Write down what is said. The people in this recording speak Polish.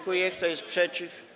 Kto jest przeciw?